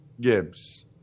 Gibbs